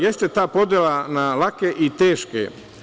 Jeste ta podela na lake i teške.